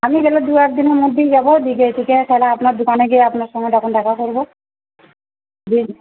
আমি গেলে দু একদিনের মধ্যেই যাব তাহলে আপনার দোকানে গিয়ে আপনার সঙ্গে তখন দেখা করব